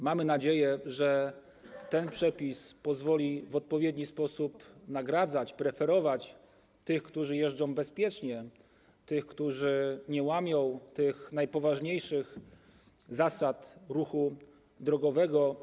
Mamy nadzieję, że ten przepis pozwoli w odpowiedni sposób nagradzać, preferować tych, którzy jeżdżą bezpiecznie, tych, którzy nie łamią najpoważniejszych zasad ruchu drogowego.